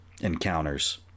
encounters